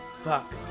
Fuck